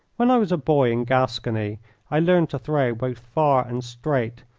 when i was a boy in gascony i learned to throw both far and straight,